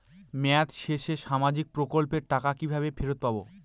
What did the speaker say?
মেয়াদ শেষে সামাজিক প্রকল্পের টাকা কিভাবে ফেরত পাবো?